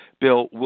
Bill